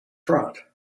front